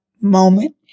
moment